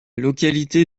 localité